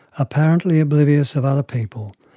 apparently oblivious of other people,